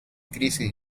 crisis